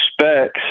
specs